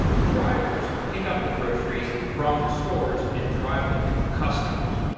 drivers pick up the groceries from the stores and drive them to the customers.